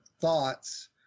thoughts